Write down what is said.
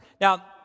Now